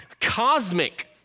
cosmic